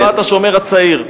חברת "השומר הצעיר".